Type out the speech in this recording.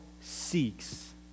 seeks